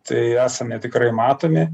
tai esame tikrai matomi